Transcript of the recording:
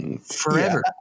forever